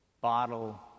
bottle